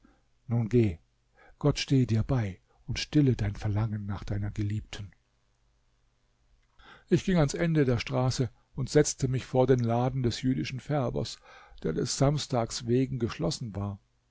nun geh gott stehe dir bei und stille dein verlangen nach deiner geliebten ich ging ans ende der straße und setzte mich vor den laden des jüdischen färbers der des samstags wegen geschlossen war